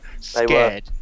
scared